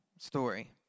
story